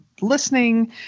listening